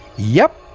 yep,